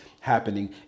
happening